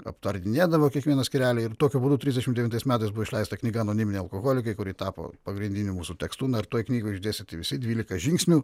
aptardinėdavo kiekvieną skyrelį ir tokiu būdu trisdešimt devintais metais buvo išleista knyga anoniminiai alkoholikai kuri tapo pagrindiniu mūsų tekstu na ir toj knygoj išdėstyti visi dvylika žingsnių